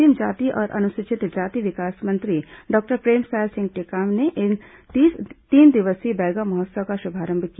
आदिम जाति और अनुसूचित जाति विकास मंत्री डॉक्टर प्रेमसाय सिंह टेकाम ने इस तीन दिवसीय बैगा महोत्सव का शुभारंभ किया